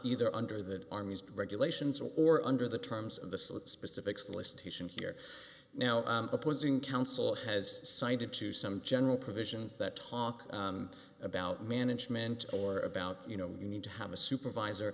either under the army's regulations or under the terms of the salute specific solicitation here now opposing counsel has signed it to some general provisions that talk about management or about you know you need to have a supervisor